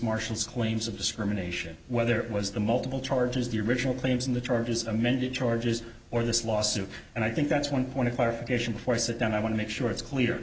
marshall's claims of discrimination whether it was the multiple charges the original claims in the charges amended charges or this lawsuit and i think that's one point of clarification for sit down i want to make sure it's clear